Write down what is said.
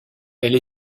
elle